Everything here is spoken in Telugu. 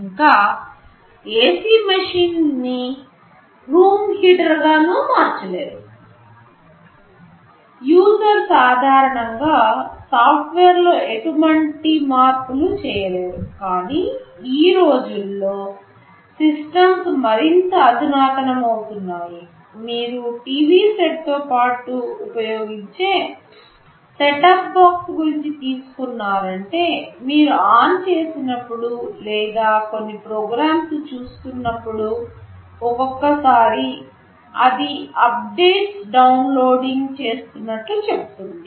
ఇంకా ఏసి మెషిన్ నీ రూమ్ హీటర్ గా మార్చలేరు యూజర్ సాధారణంగా సాఫ్ట్వేర్లో ఎటువంటి మార్పు లు చేయలేరు కానీ ఈ రోజుల్లో సిస్టమ్స్ మరింత అధునాతనమవుతున్నాయి మీరు టీవీ సెట్ తో పాటు ఉపయోగించే సెట్ టాప్ బాక్స్ గురించి తీసుకున్నారంటే మీరు ఆన్ చేసినప్పుడు లేదా కొన్ని ప్రోగ్రామ్స్ చూస్తున్నప్పుడు ఒక్కొక్కసారి అది అప్డేట్స్ డౌన్లోడింగ్ చేస్తున్నట్లు చెప్తుంది